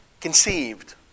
conceived